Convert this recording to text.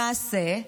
למעשה,